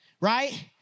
right